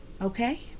Okay